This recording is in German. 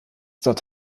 dort